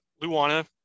luana